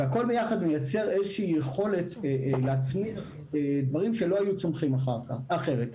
הכול ביחד מייצר איזושהי יכולת להצמיח דברים שלא היו צומחים אחרת.